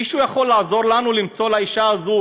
מישהו יכול לעזור לנו למצוא לאישה הזאת